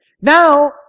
Now